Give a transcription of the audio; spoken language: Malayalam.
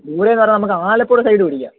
ദൂരേന്ന് പറയുമ്പം നമുക്ക് ആലപ്പുഴ സൈഡ് പിടിക്കാം